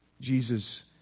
Jesus